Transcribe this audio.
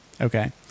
okay